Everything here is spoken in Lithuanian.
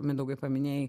mindaugai paminėjai